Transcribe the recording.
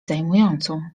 zajmującą